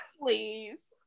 Please